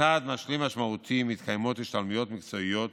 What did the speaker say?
כצעד משלים משמעותי מתקיימים השתלמויות מקצועיות